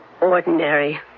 ordinary